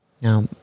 Now